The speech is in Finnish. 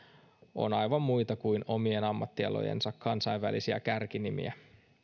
on aivan muita kuin omien ammattialojensa kansainvälisiä kärkinimiä